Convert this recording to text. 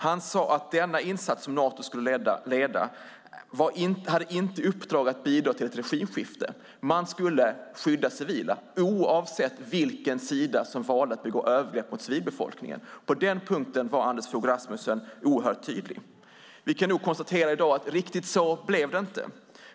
Han sade att den enda insats som Nato skulle leda inte hade i uppdrag att bidra till ett regimskifte. Man skulle skydda civila, oavsett vilken sida som valde att begå övergrepp mot civilbefolkningen. På den punkten var Anders Fogh Rasmussen oerhört tydlig. Vi kan nog konstatera i dag att riktigt så blev det inte.